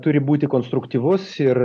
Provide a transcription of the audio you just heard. turi būti konstruktyvus ir